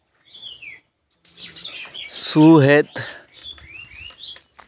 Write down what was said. ᱥᱚᱦᱮᱫ